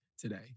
today